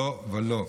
לא ולא.